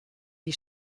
die